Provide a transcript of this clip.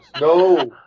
No